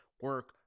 Work